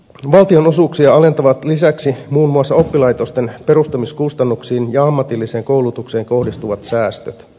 valtionosuuksia alentavat lisäksi muun muassa oppilaitosten perustamiskustannuksiin ja ammatilliseen koulutukseen kohdistuvat säästöt